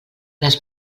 les